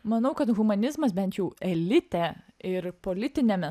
manau kad humanizmas bent jau elite ir politiniame